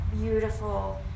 beautiful